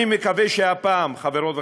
אני מקווה שהפעם, חברות וחברים,